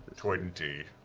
twenty.